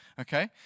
Okay